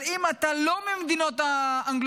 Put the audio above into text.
אבל אם אתה לא מהמדינות האנגלו-סקסיות,